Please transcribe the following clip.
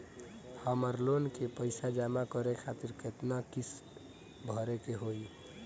हमर लोन के पइसा जमा करे खातिर केतना किस्त भरे के होई?